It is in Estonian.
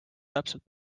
täpselt